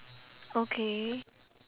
okay